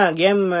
game